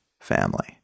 family